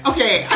Okay